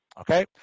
Okay